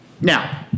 Now